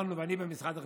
ואני במשרד החינוך,